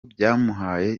byamuhaye